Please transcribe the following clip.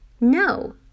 no